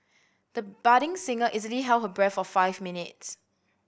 the budding singer easily held her breath for five minutes